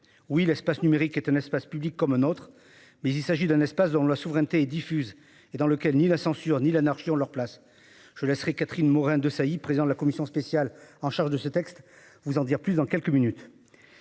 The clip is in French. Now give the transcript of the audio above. Oui, l'espace numérique est un espace public comme un autre, mais il s'agit d'un espace où la souveraineté est diffuse et dans lequel ni la censure ni l'anarchie n'ont leur place. Catherine Morin-Desailly, présidente de la commission spéciale constituée sur ce texte, vous en dira plus dans quelques minutes.